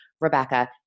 Rebecca